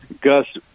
Gus